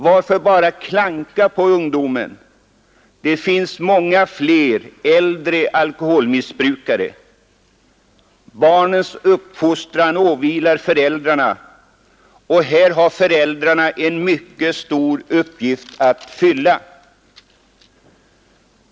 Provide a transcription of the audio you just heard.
Varför bara klanka på ungdomen? Det finns många fler äldre alkoholmissbrukare. Barnens uppfostran åvilar föräldrarna, och här har föräldrarna en mycket stor uppgift att fylla.